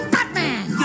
Batman